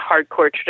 hardcore